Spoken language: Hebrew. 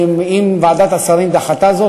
אם ועדת השרים דחתה זאת,